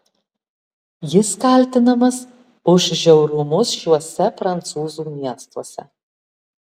jis kaltinamas už žiaurumus šiuose prancūzų miestuose